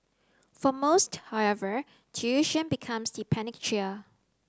for most however tuition becomes the panacea